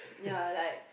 ya like